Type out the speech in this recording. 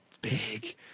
big